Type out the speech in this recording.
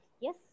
Yes